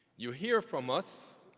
you here from us,